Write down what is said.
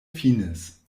finis